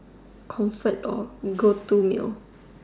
comfort or go to meal